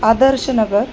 Adarsh Nagar